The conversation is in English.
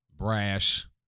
brash